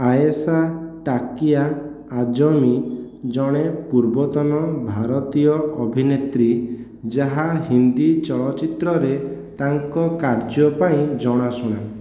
ଆୟେଶା ଟାକିଆ ଆଜମୀ ଜଣେ ପୂର୍ବତନ ଭାରତୀୟ ଅଭିନେତ୍ରୀ ଯାହା ହିନ୍ଦୀ ଚଳଚ୍ଚିତ୍ରରେ ତାଙ୍କ କାର୍ଯ୍ୟ ପାଇଁ ଜଣାଶୁଣା